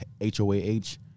H-O-A-H